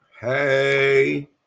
hey